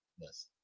Yes